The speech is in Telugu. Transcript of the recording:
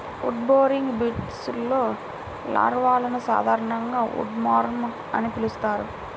ఉడ్బోరింగ్ బీటిల్స్లో లార్వాలను సాధారణంగా ఉడ్వార్మ్ అని పిలుస్తారు